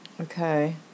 Okay